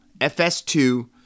FS2